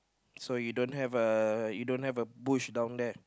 so you don't have a you don't have a bush down there